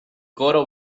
coro